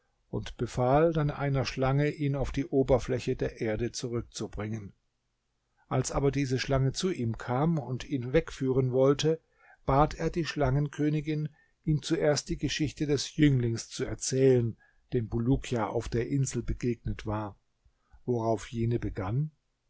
und befahl dann einer schlange ihn auf die oberfläche der erde zurückzubringen als aber diese schlange zu ihm kam und ihn wegführen wollte bat er die schlangenkönigin ihm zuerst die geschichte des jünglings zu erzählen dem bulukia auf der insel begegnet war worauf jene begann